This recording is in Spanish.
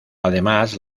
además